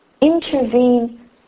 intervene